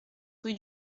rue